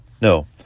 No